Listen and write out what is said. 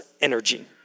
energy